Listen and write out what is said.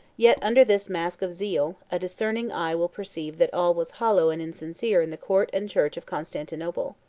yet under this mask of zeal, a discerning eye will perceive that all was hollow and insincere in the court and church of constantinople.